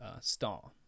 star